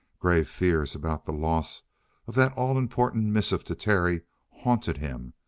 grave fears about the loss of that all important missive to terry haunted him,